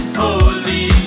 holy